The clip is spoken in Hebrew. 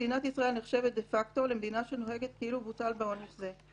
מדינת ישראל נחשבת דה-פקטו למדינה שנוהגת כאילו בוטל בה עונש זה.